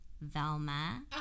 Velma